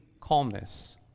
calmness